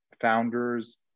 founders